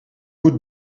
moet